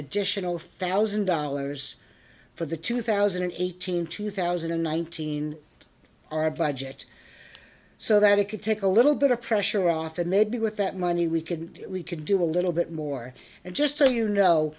additional thousand dollars for the two thousand and eighteen two thousand and nineteen our budget so that it could take a little bit of pressure off and maybe with that money we could get we could do a little bit more and just say you know